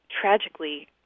tragically